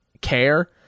care